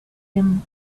him